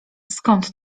skąd